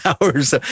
hours